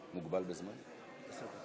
את התסכול,